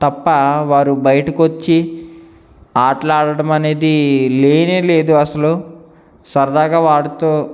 తప్ప వారు బయటకొచ్చి ఆటలు ఆడడం అనేది లేనేలేదు అసలు సరదాగా వారితో